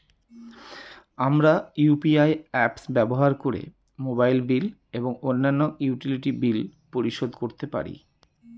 আমরা UPI apps ব্যবহার করে মোবাইল বিল এবং অন্যান্য ইউটিলিটি বিল পরিশোধ করতে পারি